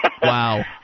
Wow